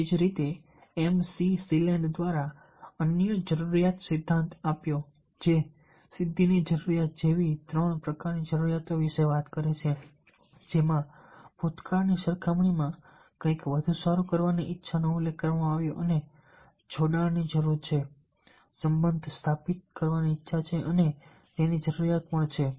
તેવી જ રીતે Mc Cleland એ અન્ય જરૂરિયાત સિદ્ધાંત છે જે સિદ્ધિની જરૂરિયાત જેવી ત્રણ પ્રકારની જરૂરિયાતો વિશે વાત કરે છે જેમાં ભૂતકાળની સરખામણીમાં કંઈક વધુ સારું કરવાની ઈચ્છાનો ઉલ્લેખ કરવામાં આવ્યો છે અને જોડાણ ની જરૂર છે સંબંધ સ્થાપિત કરવાની ઈચ્છા છે અને તેની જરૂરિયાત છે